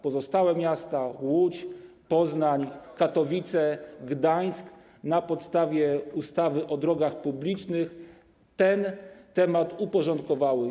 Pozostałe miasta, Łódź, Poznań, Katowice, Gdańsk, na podstawie ustawy o drogach publicznych ten temat uporządkowały.